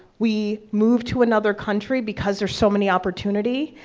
we move to another country because there's so many opportunity,